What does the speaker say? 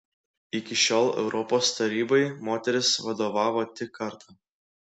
iki šiol europos tarybai moteris vadovavo tik kartą